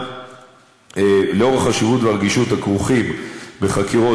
לאור החשיבות והרגישות הכרוכות בחקירות